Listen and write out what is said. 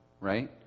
right